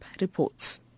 reports